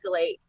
escalate